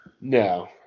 No